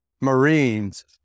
Marines